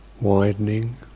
widening